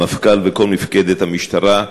המפכ"ל וכל מפקדת המשטרה,